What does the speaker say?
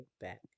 back